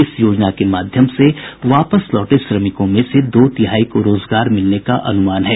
इस योजना के माध्यम से वापस लौटे श्रमिकों में से दो तिहाई को रोजगार मिलने का अनुमान है